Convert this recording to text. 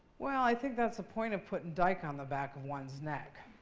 well i think that's a point of putting dike on the back of one's neck.